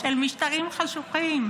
של משטרים חשוכים,